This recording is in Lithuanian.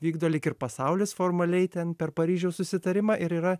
vykdo lyg ir pasaulis formaliai ten per paryžiaus susitarimą ir yra